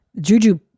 Juju